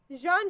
Jean